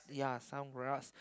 ya some grass